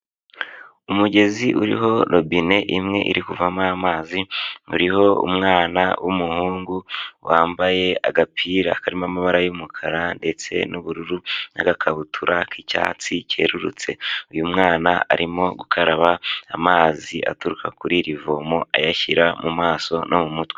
Umugezi uriho robine imwe iri kuvamo amazi uriho umwana w'umuhungu wambaye agapira karimo amabara y'umukara ndetse n'uburur, n'agakabutura k'icyatsi kererutse. Uyu mwana arimo gukaraba amazi aturuka kuri iri vomo ayashyira mu maso no mu mutwe.